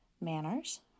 manners